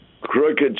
crooked